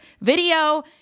video